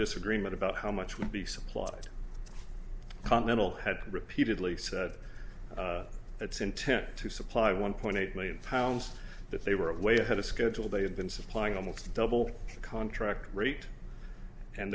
disagreement about how much would be supplied continental had repeatedly said its intent to supply one point eight million pounds that they were way ahead of schedule they had been supplying almost double the contract rate and